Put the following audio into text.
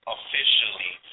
officially